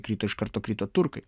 krito iš karto krito turkai